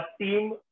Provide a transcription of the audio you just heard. team